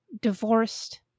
Divorced